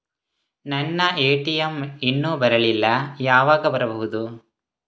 ನನ್ನ ಎ.ಟಿ.ಎಂ ಇನ್ನು ಬರಲಿಲ್ಲ, ಯಾವಾಗ ಬರಬಹುದು?